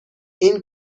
این